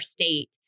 state